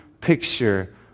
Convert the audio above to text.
picture